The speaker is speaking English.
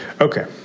okay